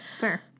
Fair